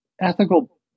ethical